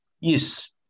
Yes